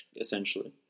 Essentially